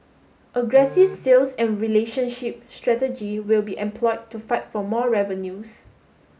aggressive sales and relationship strategy will be employed to fight for more revenues